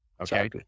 Okay